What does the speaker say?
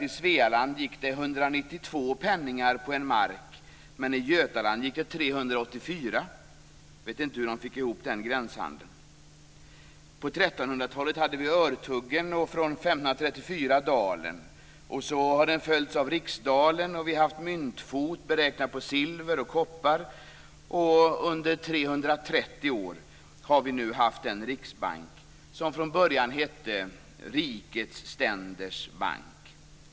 I Svealand gick det 192 penningar på en mark, men i Götaland gick det 384 penningar - jag vet inte hur de fick ihop den gränshandeln. På 1300-talet gällde örtugen och 1534 infördes dalern. Sedan följdes den av riksdalern och myntfot beräknad på silver och koppar. Under 330 år har vi nu haft en riksbank som från början hette Rikets ständers bank.